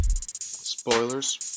Spoilers